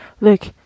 Look